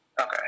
Okay